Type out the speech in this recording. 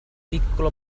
piccolo